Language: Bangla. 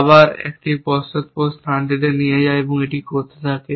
আবার এটি পশ্চাৎপদ স্থানটিতে যায় এবং এটি করতে থাকে